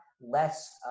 less